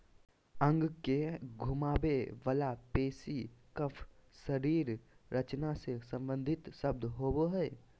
अंग के घुमावे वला पेशी कफ शरीर रचना से सम्बंधित शब्द होबो हइ